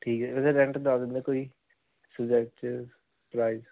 ਠੀਕ ਹੈ ਇਹਦਾ ਰੈਂਟ ਦੱਸ ਪ੍ਰਾਈਜ਼